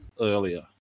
earlier